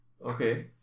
Okay